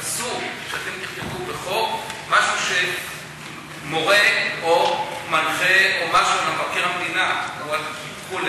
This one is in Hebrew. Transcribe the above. אסור שאתם תכתבו בחוק משהו שמורה או מנחה או משהו למבקר המדינה וכו'.